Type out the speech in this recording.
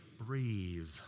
Breathe